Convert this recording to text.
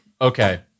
Okay